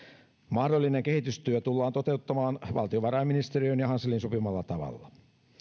mahdollinen kehitystyö tullaan toteuttamaan valtiovarainministeriön ja hanselin sopimalla tavalla